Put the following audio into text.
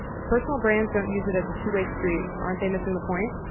if personal brands don't use it as a two-way street, aren't they missing the point?